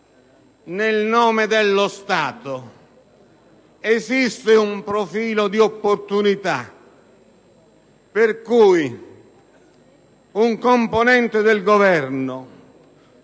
nel nome dello Stato, esiste un profilo di opportunità, laddove un componente del Governo